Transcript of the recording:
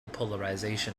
polarization